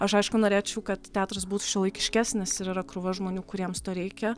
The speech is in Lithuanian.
aš aišku norėčiau kad teatras būtų šiuolaikiškesnis ir yra krūva žmonių kuriems to reikia